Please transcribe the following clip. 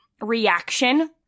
reaction